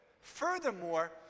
furthermore